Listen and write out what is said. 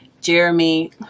Jeremy